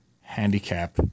handicap